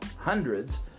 hundreds